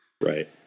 Right